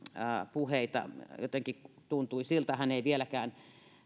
puheita jotenkin tuntui siltä hän ei vieläkään